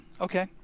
Okay